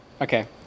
Okay